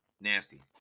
nasty